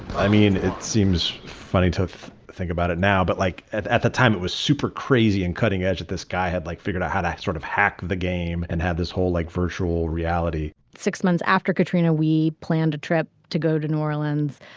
i mean, it seems funny to think about it now, but like at the time, it was super crazy and cutting edge at this guy had like figured out how to sort of hack the game and had this whole like virtual reality six months after katrina, we planned a trip to go to new orleans,